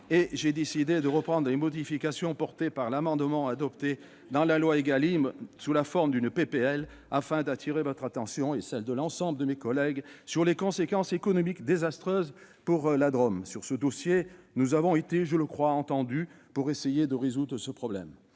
et j'ai décidé de reprendre les modifications portées par l'amendement adopté dans la loi Égalim sous la forme d'une proposition de loi, afin d'attirer votre attention et celle de l'ensemble de mes collègues sur les conséquences économiques désastreuses pour la Drôme. Sur ce dossier, nous avons été entendus, je le crois, pour essayer de résoudre le problème.